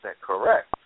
correct